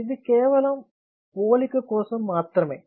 ఇది కేవలం పోలిక కోసం మాత్రమే